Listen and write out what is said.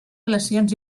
relacions